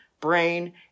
brain